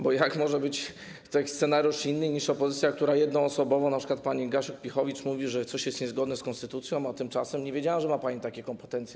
Bo jak może być scenariusz inny niż opozycja, która jednoosobowo, np. pani Gasiuk-Pihowicz, mówi, że coś jest niezgodne z konstytucją, a tymczasem nie wiedziałem, że ma pani takie kompetencje.